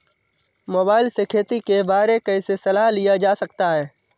Mobile से खेती के बारे कैसे सलाह लिया जा सकता है?